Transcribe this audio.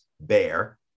bear